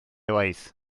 waith